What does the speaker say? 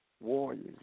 Warriors